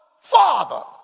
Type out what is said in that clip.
Father